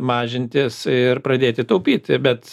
mažintis ir pradėti taupyti bet